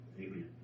Amen